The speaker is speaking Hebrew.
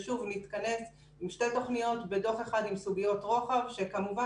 ושוב נתכנס עם שתי תוכניות ודוח אחד עם סוגיות רוחב שכמובן